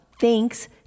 Thanks